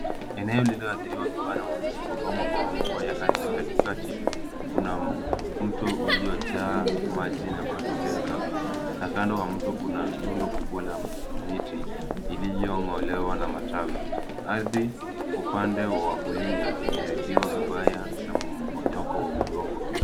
Eneo lililoathiriwa vibaya na mafuriko au maporomoko ya ardhi. Katikati kuna mto uliojaa maji na matope ya kahawia na kando wa mto kuna rundo kubwa la miti iliyong'olewa na matawi. Ardhi upande wa kulia imeharibiwa vibaya na mmomonyoko wa udongo.